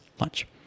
lunch